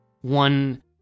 one